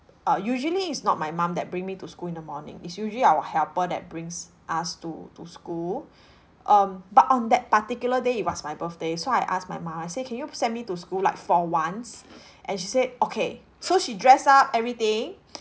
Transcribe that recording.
uh usually is not my mum that bring me to school in the morning is usually our helper that brings us to to school um but on that particular day it was my birthday so I asked my mum I say can you send me to school like for once and she said okay so she dress up every thing